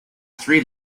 three